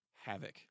Havoc